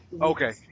Okay